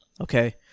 okay